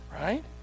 right